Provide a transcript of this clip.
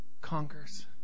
conquers